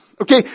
Okay